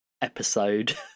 episode